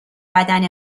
بدن